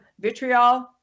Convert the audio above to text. vitriol